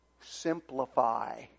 simplify